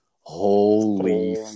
holy